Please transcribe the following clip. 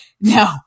No